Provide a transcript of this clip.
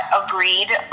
agreed